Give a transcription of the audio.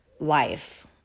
life